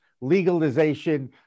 legalization